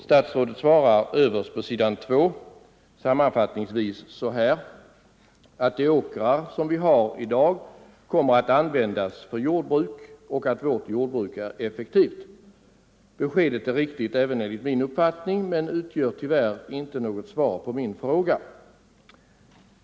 Statsrådet svarade nämligen sammanfattningsvis så här: De åkrar som vi har i dag kommer att användas för jordbruk, och vårt jordbruk är effektivt. Beskedet är riktigt även enligt min uppfattning men utgör tyvärr inte något svar på min fråga.